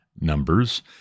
Numbers